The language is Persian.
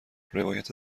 روایت